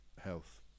health